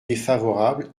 défavorable